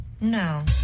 No